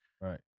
Right